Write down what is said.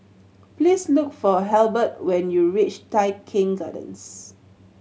please look for Halbert when you reach Tai Keng Gardens